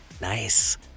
Nice